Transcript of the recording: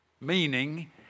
Meaning